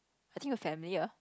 I think your family ah